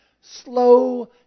slow